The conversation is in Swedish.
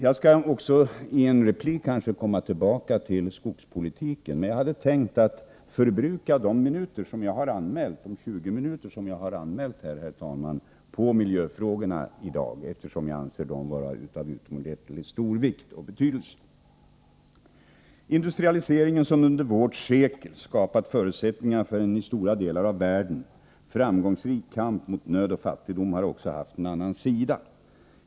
Jag skall kanske i en replik också komma tillbaka till skogspolitiken, men jag hade tänkt att förbruka de 20 minuter som jag har anmält mig för på miljöfrågorna, eftersom jag anser dem vara av utomordentligt stor vikt. Industrialiseringen, som under vårt sekel har skapat förutsättningar för en istora delar av världen framgångsrik kamp mot nöd och fattigdom, har också haft en annan sida.